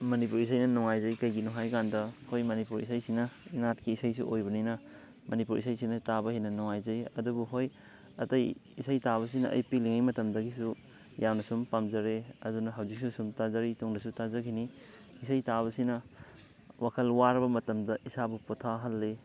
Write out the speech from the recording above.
ꯃꯅꯤꯄꯨꯔꯤ ꯏꯁꯩꯅ ꯅꯨꯡꯉꯥꯏꯖꯩ ꯀꯩꯒꯤꯅꯣ ꯍꯥꯏꯔꯀꯥꯟꯗ ꯑꯩꯈꯣꯏ ꯃꯅꯤꯄꯨꯔ ꯏꯁꯩꯁꯤꯅ ꯅꯥꯠꯀꯤ ꯏꯁꯩꯁꯨ ꯑꯣꯏꯕꯅꯤꯅ ꯃꯅꯤꯄꯨꯔ ꯏꯁꯩꯁꯤꯅ ꯇꯥꯕ ꯍꯦꯟꯅ ꯅꯨꯡꯉꯥꯏꯖꯩ ꯑꯗꯨꯕꯨ ꯍꯣꯏ ꯑꯇꯩ ꯏꯁꯩ ꯇꯥꯕꯁꯤꯅ ꯑꯩ ꯄꯤꯛꯂꯤꯉꯩ ꯃꯇꯝꯗꯒꯤꯁꯨ ꯌꯥꯝꯅ ꯁꯨꯝ ꯄꯥꯝꯖꯔꯛꯑꯦ ꯑꯗꯨꯅ ꯍꯧꯖꯤꯛꯁꯨ ꯁꯨꯝ ꯇꯥꯖꯔꯤ ꯇꯨꯡꯗꯁꯨ ꯇꯥꯖꯈꯤꯅꯤ ꯏꯁꯩ ꯇꯥꯕꯁꯤꯅ ꯋꯥꯈꯜ ꯋꯥꯔꯕ ꯃꯇꯝꯗ ꯏꯁꯥꯕꯨ ꯄꯣꯊꯥꯍꯜꯂꯤ